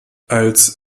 als